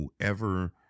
whoever